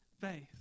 faith